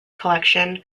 collection